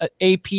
AP